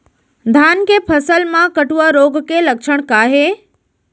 धान के फसल मा कटुआ रोग के लक्षण का हे?